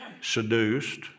seduced